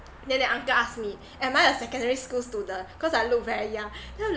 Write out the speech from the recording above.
then that uncle asked me am I a secondary school student cause I look very young then I'm